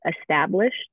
established